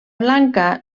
blanca